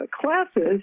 classes